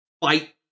fight